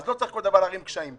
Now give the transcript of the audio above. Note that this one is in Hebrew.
אז לא צריך להערים קשיים בכל דבר.